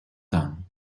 done